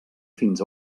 fins